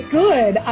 good